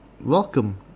welcome